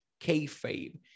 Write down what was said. kayfabe